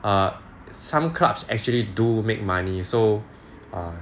err some clubs actually do make money so err